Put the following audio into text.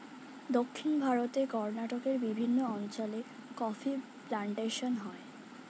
দক্ষিণ ভারতে কর্ণাটকের বিভিন্ন অঞ্চলে কফি প্লান্টেশন হয়